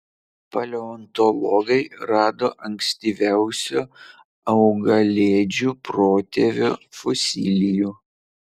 paleontologai rado ankstyviausio augalėdžių protėvio fosilijų